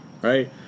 right